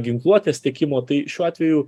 ginkluotės tiekimo tai šiuo atveju